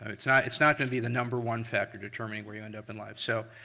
it's not it's not going to be the number one factor determining where you end up in life. so,